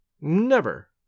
Never